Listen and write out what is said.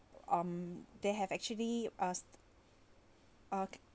um they have actually asked uh